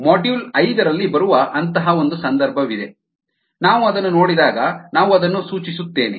module ಐದರಲ್ಲಿ ಬರುವ ಅಂತಹ ಒಂದು ಸಂದರ್ಭವಿದೆ ನಾವು ಅದನ್ನು ನೋಡಿದಾಗ ನಾನು ಅದನ್ನು ಸೂಚಿಸುತ್ತೇನೆ